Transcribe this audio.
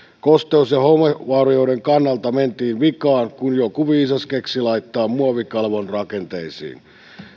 kosteus ja homevaurioiden kannalta mentiin vikaan kun joku viisas keksi laittaa muovikalvon rakenteisiin